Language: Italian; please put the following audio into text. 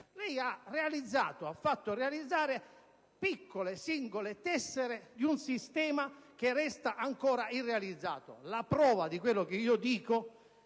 lei ha fatto realizzare piccole, singole tessere di un sistema che resta ancora irrealizzato. La prova di quel che dico